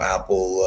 Apple